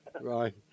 Right